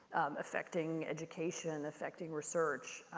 affecting education, affecting research.